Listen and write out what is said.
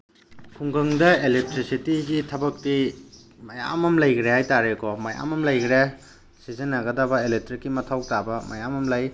ꯈꯨꯡꯒꯪꯗ ꯏꯂꯦꯛꯇ꯭ꯔꯤꯁꯤꯇꯤꯒꯤ ꯊꯕꯛꯇꯤ ꯃꯌꯥꯝ ꯑꯃ ꯂꯩꯈ꯭ꯔꯦ ꯍꯥꯏꯇꯥꯔꯦꯀꯣ ꯃꯌꯥꯝ ꯑꯝ ꯂꯩꯈ꯭ꯔꯦ ꯁꯤꯖꯤꯟꯅꯒꯗꯕ ꯏꯂꯦꯛꯇ꯭ꯔꯤꯛꯀꯤ ꯃꯊꯧ ꯇꯥꯕ ꯃꯌꯥꯝ ꯑꯃ ꯂꯩ